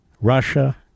Russia